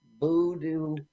voodoo